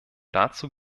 dazu